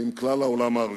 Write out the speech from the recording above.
ועם כלל העולם הערבי.